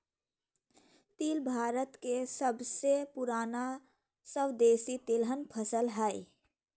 तिल भारत के सबसे पुराना स्वदेशी तिलहन फसल हइ